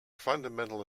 fundamental